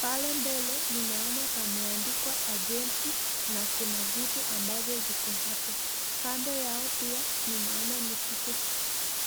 pale mbele naona imeandikwa agenti kuna vitu ambazo ziko hapo, kando hapo naona misitu.